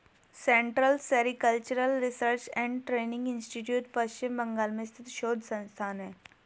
central sericultural research and training institute Paschim Bengal में स्थित शोध संस्थान है